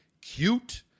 Cute